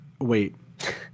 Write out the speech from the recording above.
wait